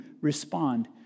respond